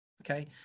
Okay